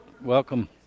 Welcome